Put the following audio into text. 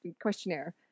questionnaire